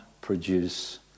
produce